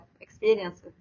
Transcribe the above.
experiences